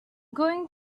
going